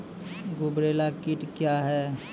गुबरैला कीट क्या हैं?